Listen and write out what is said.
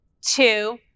two